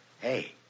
Hey